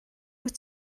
wyt